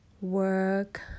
work